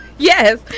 Yes